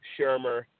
Shermer